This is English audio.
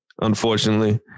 unfortunately